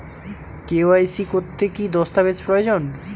KYC করতে কি দস্তাবেজ প্রয়োজন?